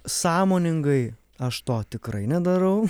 sąmoningai aš to tikrai nedarau